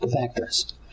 factors